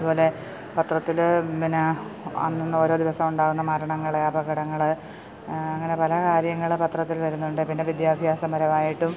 അതുപോലെ പത്രത്തില് പിന്നെ അന്നന്ന് ഓരോ ദിവസമുണ്ടാകുന്ന മരണങ്ങള് അപകടങ്ങള് അങ്ങനെ പല കാര്യങ്ങളും പത്രത്തിൽ വരുന്നുണ്ട് പിന്നെ വിദ്യാഭ്യാസ പരമായിട്ടും